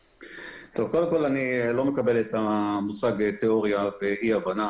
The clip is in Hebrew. קודם כל אני לא מקבל את המושג תיאוריה ואי הבנה.